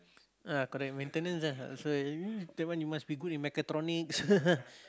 ah correct maintenance ah so that one you must be good in mechatronics